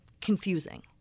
confusing